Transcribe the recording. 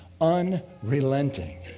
unrelenting